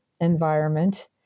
environment